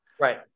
Right